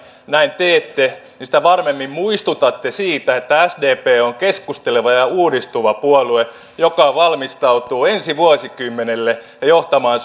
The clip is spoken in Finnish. näin teette sitä varmemmin muistutatte siitä että sdp on keskusteleva ja ja uudistuva puolue joka valmistautuu ensi vuosikymmenelle ja johtamaan